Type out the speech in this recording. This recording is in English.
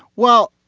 well,